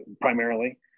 primarily